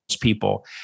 people